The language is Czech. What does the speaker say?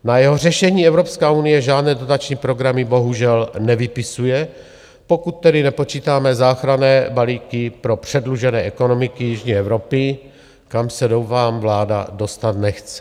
Na jeho řešení Evropská unie žádné dotační programy bohužel nevypisuje, pokud tedy nepočítáme záchranné balíky pro předlužené ekonomiky jižní Evropy, kam se, doufám, vláda dostat nechce.